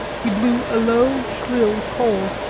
he blew a low, shrill call.